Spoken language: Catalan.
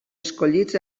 escollits